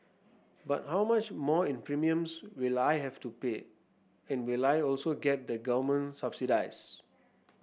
but how much more in premiums will I have to pay and will I also get the government subsidies